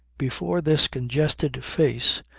before this congested face,